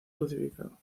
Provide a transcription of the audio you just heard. crucificado